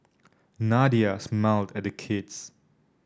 Nadia smiled at the kids